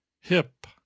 hip